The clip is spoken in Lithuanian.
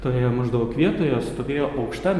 toje maždaug vietoje stovėjo aukšta